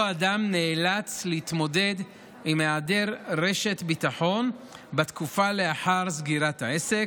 אותו אדם נאלץ להתמודד עם היעדר רשת ביטחון בתקופה שלאחר סגירת העסק,